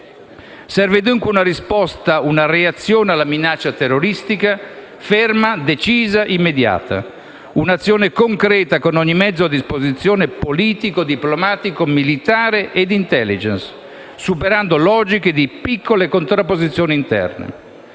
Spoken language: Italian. Serve dunque una risposta, una reazione alla minaccia terroristica, ferma, decisa, immediata; un'azione concreta, con ogni mezzo a disposizione, politico, diplomatico, militare e di *intelligence*, superando logiche di piccole contrapposizioni interne.